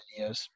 videos